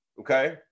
Okay